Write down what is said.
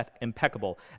impeccable